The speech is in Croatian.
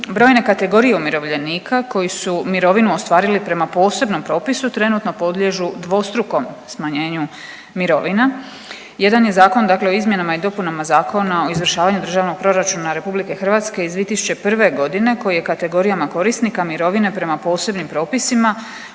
Brojne kategorije umirovljenika koji su mirovinu ostvarili prema posebnom propisu trenutno podliježu dvostrukom smanjenju mirovina. Jedan je Zakon dakle o izmjenama i dopunama Zakona o izvršavanju Državnog proračuna RH iz 2001.g. koji je kategorijama korisnika mirovine prema posebnim propisima